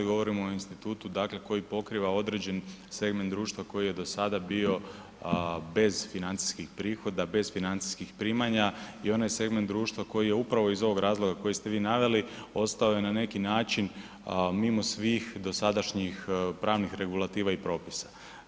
Govorimo o institutu dakle koji pokriva određeni segment društva koji je do sada bio bez financijskih prihoda, bez financijskih primanja i onaj segment društva koji je upravo iz ovog razloga koji ste vi naveli ostao je na neki način mimo svih dosadašnjih pravnih regulativa i propisa.